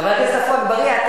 חבר הכנסת עפו אגבאריה,